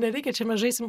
nereikia čia mes žaisim